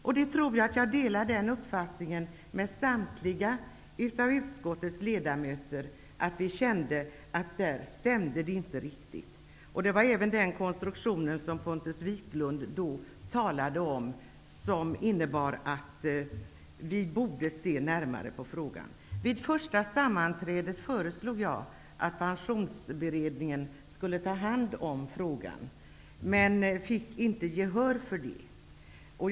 Jag tror att jag delar den uppfattningen med samtliga av utskottets ledamöter att det på den punkten inte riktigt stämde. Den konstruktion som Pontus Wiklund talade om innebar att vi borde studera frågan närmare. Vid det första sammanträdet föreslog jag att Pensionsberedningen skulle ta hand om frågan, men jag fick inte gehör därför.